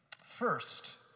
First